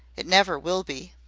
it never will be.